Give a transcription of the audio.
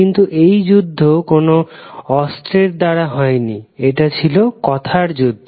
কিন্তু এই যুদ্ধ কোনো অস্ত্রের দ্বারা হয়নি এটি ছিল কথার যুদ্ধ